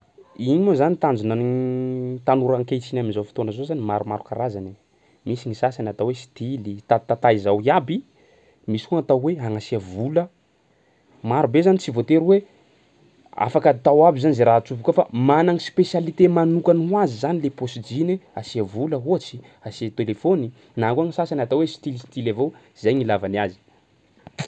Igny moa zany tanjona tanora ankehitsiny am'zao fotoana zao zany maromaro karazany e. Misy gny sasany atao hoe stily, tatatataha izao iaby, misy koa atao hoe hagnasià vola. Marobe zany tsy voatery hoe afaka atao aby zany zay raha atsofoka ao fa mana gny spécialités manokany ho azy zany le paosy jeans asià vola ohatsy, asià telefaony, na koa ny sasany atao hoe stilistily avao, zay gny ilavany azy.